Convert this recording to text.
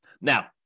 Now